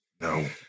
No